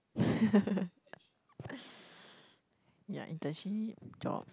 yeah internship